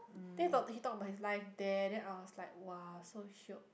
then he talk he talk about his life there then I was like !wah! so shiok